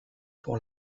pour